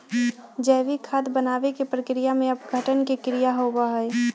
जैविक खाद बनावे के प्रक्रिया में अपघटन के क्रिया होबा हई